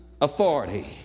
authority